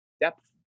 depth